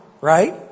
right